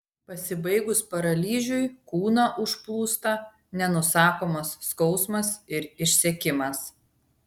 pasibaigus paralyžiui kūną užplūsta nenusakomas skausmas ir išsekimas